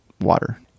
water